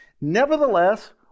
Nevertheless